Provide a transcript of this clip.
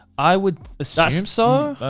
i would assume so.